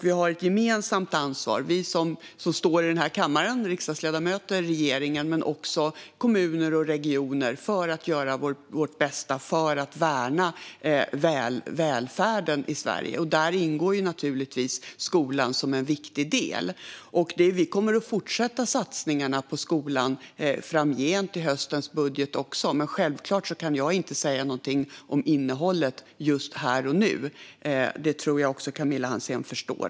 Vi här i denna kammare - riksdagsledamöter och regeringen - men också kommuner och regioner har ett gemensamt ansvar för att göra vårt bästa för att värna välfärden i Sverige. Där ingår naturligtvis skolan som en viktig del. Vi kommer att fortsätta satsningarna på skolan framgent och också i höstens budget. Men jag kan självklart inte här och nu säga något om innehållet i den. Det tror jag att också Camilla Hansén förstår.